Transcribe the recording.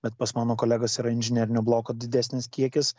bet pas mano kolegas yra inžinerinio bloko didesnis kiekis